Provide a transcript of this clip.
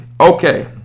Okay